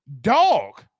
dog